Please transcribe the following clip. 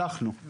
שלחנו.